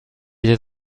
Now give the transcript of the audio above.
était